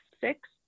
six